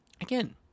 again